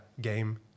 game